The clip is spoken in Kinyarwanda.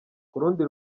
kurundi